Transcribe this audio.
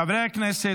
חברי הכנסת,